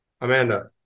Amanda